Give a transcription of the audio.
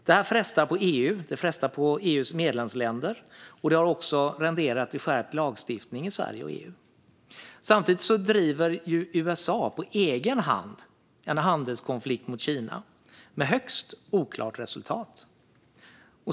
Detta frestar på EU och dess medlemsländer och har också renderat i skärpt lagstiftning i Sverige och EU. Samtidigt driver USA på egen hand en handelskonflikt mot Kina, med högst oklart resultat.